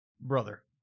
Brother